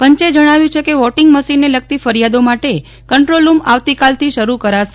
પંચે જણાવ્યું છે કે વોટીંગ મશીનને લગતી ફરિયાદો માટે કંટ્રોલરૂમ આવતીકાલથી શરૂ કરાશે